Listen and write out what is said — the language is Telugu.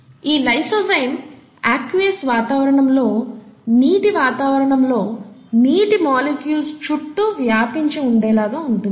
ఈ లైసోజైమ్ ఆక్వియాస్ వాతావరణంలో నీటి వాతావరణంలో నీటి మాలిక్యూల్స్ చుట్టూ వ్యాపించి ఉండే లాగ ఉంటుంది